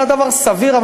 אלא דבר סביר.